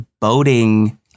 boating